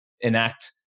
enact